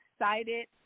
excited